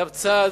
היה צעד